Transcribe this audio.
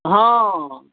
हँ